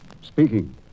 Speaking